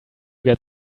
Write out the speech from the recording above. get